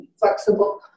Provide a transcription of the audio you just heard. flexible